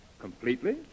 Completely